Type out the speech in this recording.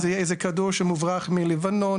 זה יהיה איזה כדור שמוברח מלבנון,